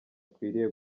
akwiriye